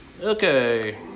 Okay